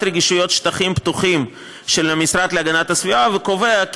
רגישויות שטחים פתוחים של המשרד להגנת הסביבה וקובע כי